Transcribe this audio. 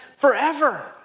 forever